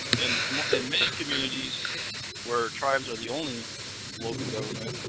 in um and many communities where tribes are the only local government,